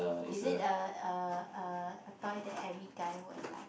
is it a a a a toy that every guy will like